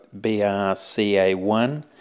BRCA1